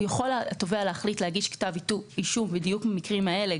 יכול התובע להחליט להגיש כתב אישום בדיוק במקרים האלה,